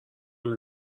حالا